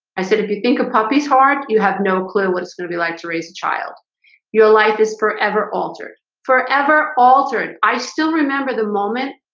i said if you think a puppy's hard, you have no clue what its gonna be like to raise a child your life is forever altered forever altered i still remember the moment.